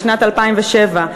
בשנת 2007,